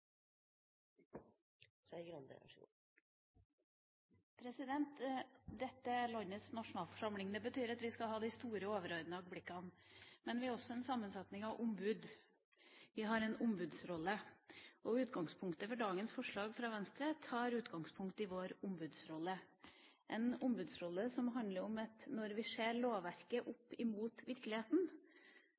landets nasjonalforsamling. Det betyr at vi skal ha de store, overordnede blikkene. Men vi er også en sammensetning av ombud, vi har en ombudsrolle. Dagens forslag fra Venstre tar utgangspunkt i vår ombudsrolle, en ombudsrolle som handler om at når vi ser lovverket opp mot virkeligheten,